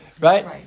Right